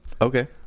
Okay